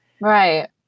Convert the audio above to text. Right